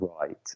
right